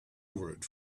word